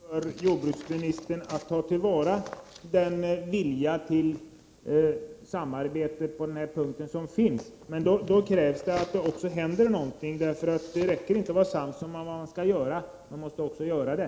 Herr talman! Det borde egentligen vara ett ganska lätt jobb för jordbruksministern att ta till vara den vilja till samarbete som finns på denna punkt. Men då krävs det att det också händer någonting, för det räcker inte att vara sams om vad man skall göra, utan man måste också göra det.